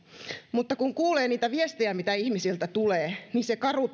mutta kun kuulee niitä viestejä mitä ihmisiltä tulee niin se karu